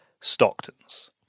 Stocktons